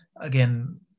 again